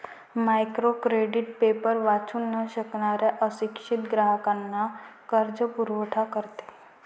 micro credit paper वाचू न शकणाऱ्या अशिक्षित ग्राहकांना कर्जपुरवठा करते